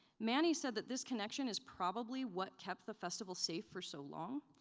manny said that this connection is probably what kept the festival safe for so long.